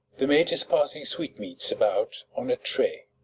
the maid is passing sweetmeats about on a tray.